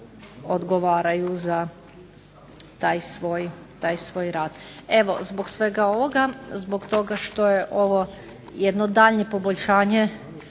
odgovaraju za taj svoj rad. Evo, zbog svega ovoga, zbog toga što je ovo jedno daljnje poboljšanje